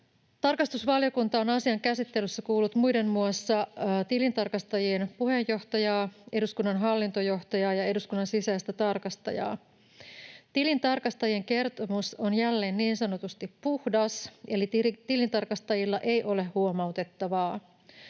Tarkastusvaliokunta on asian käsittelyssä kuullut muiden muassa tilintarkastajien puheenjohtajaa, eduskunnan hallintojohtajaa ja eduskunnan sisäistä tarkastajaa. Tilintarkastajien kertomus on jälleen niin sanotusti puhdas, eli tilintarkastajilla ei ole huomautettavaa.